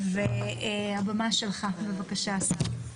הבמה שלך, בבקשה, השר.